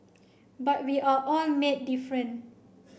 but we are all made different